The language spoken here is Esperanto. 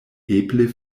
eble